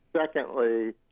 Secondly